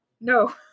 No